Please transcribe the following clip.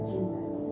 Jesus